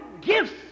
gifts